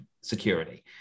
security